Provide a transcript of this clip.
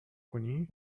کنی